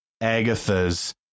Agatha's